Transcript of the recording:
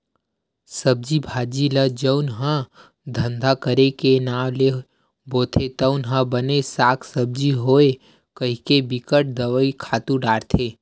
सब्जी भाजी ल जउन ह धंधा करे के नांव ले बोथे तउन ह बने साग भाजी होवय कहिके बिकट दवई, खातू डारथे